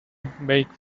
make